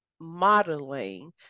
modeling